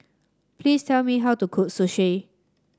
please tell me how to cook Sushi